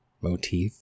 motif